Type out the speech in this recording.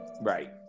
right